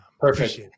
Perfect